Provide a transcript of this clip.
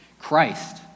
Christ